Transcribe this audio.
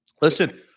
listen –